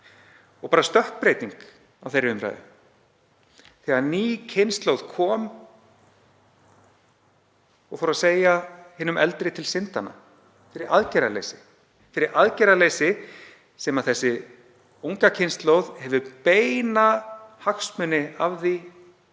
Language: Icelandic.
og bara stökkbreyting á þeirri umræðu þegar ný kynslóð kom og fór að segja hinum eldri til syndanna fyrir aðgerðaleysi, sem þessi unga kynslóð hefur beina hagsmuni af því